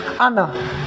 Anna